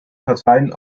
parteien